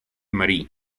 marie